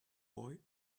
boy